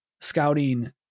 scouting